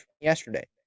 yesterday